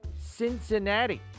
Cincinnati